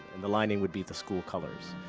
the lining would be the school colors.